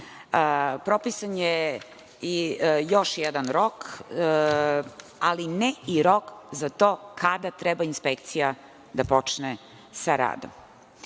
Propisan je i još jedan rok, ali ne i rok za to kada treba inspekcija da počne sa radom.